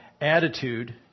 attitude